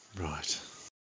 Right